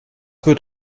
wird